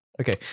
Okay